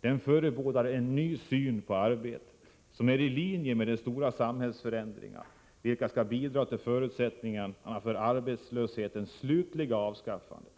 Den förebådar en ny syn på arbetet — Nr 22 vilken ligger i linje med de stora samhällsförändringarna, som skall bidra till : z Onsdagen den förutsättningarna för arbetslöshetens slutliga avskaffande.